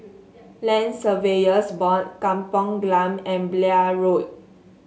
Land Surveyors Board Kampong Glam and Blair Road